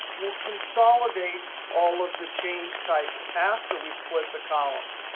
we'll consolidate all of the change types after we split the columns.